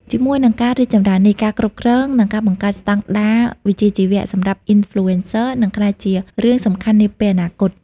ជាមួយនឹងការរីកចម្រើននេះ ការគ្រប់គ្រង និងការបង្កើតស្តង់ដារវិជ្ជាជីវៈសម្រាប់ Influencer នឹងក្លាយជារឿងសំខាន់នាពេលអនាគត។